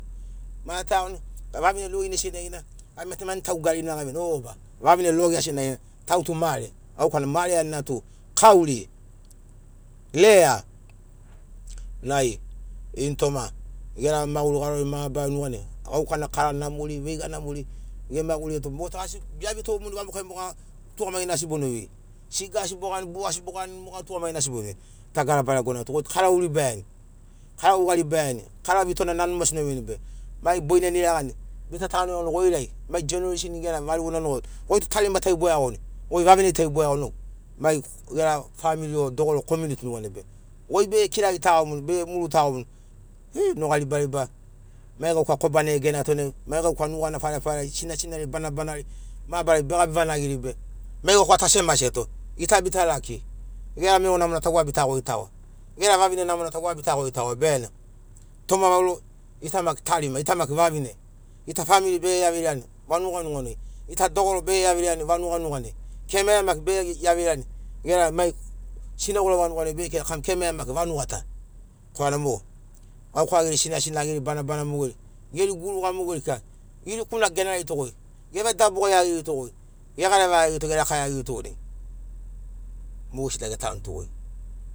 Ma ta iagoni vavine rorinai senagina gai tu man tau garina gaveini oba vavine logea senagina tau tu mare gaukana mare aninatu kauri lea nai initoma gera maguri garori mabarari nuganai gaukana kara namori veiga namori gema gureto mo tu asi bevitomuni vamoka moga tugamagina asi bon vei siga asi bogani bua asi bogani moga tugamagina asi bono vei dagara baregonatu goi kara oribaiani kara ovagaribaiani kara vitona nanu mase oveini be mai boinani iragani bita tanu iagoni goirai mai genorashen gena variguna mogo goi tu tarimatai bo iagoni goi vavine tai bo iagoni mai ger family o dogoro komiuniti nuganai be goi be kiragitagomuni bege muru tagomuni i noga ribariba mai gauka kobanai egenato nai mai gauka nugana farefare sinasinari banabanari mabarari bagabi vanagiri be mai gauka asi emaseto gita bita laki gera mero namona ta wa bita goitagoa gera vavine namona ta wa bita goitagoa bena toma vauro gita maki tarima gita maki vavine gita family bege iavirani vanuga nugana gita dogoro bege iavirani vanuga nuganai kemaea maki bege iavirani gera mai sinaugoro vanuganai bege kirani kam kemaea maki vanugata korana mo gauka geri sinasina geri banabana mogeri geri guruga mogeri kika irikuna genaritogoi geve daboga iagiritogoi gegareva iagiritogoi gegareva iagiritogoi geraka iagiritogoi dainai mogesina getanutogoi